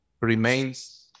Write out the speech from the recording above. remains